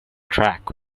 track